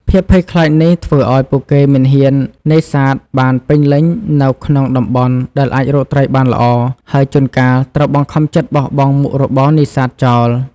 ភាពភ័យខ្លាចនេះធ្វើឱ្យពួកគេមិនហ៊ាននេសាទបានពេញលេញនៅក្នុងតំបន់ដែលអាចរកត្រីបានល្អ ហើយជួនកាលត្រូវបង្ខំចិត្តបោះបង់មុខរបរនេសាទចោល។